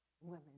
women